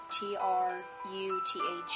t-r-u-t-h